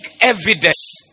evidence